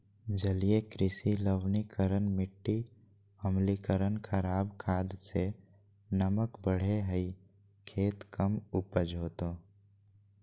जलीय कृषि लवणीकरण मिटी अम्लीकरण खराब खाद से नमक बढ़े हइ खेत कम उपज होतो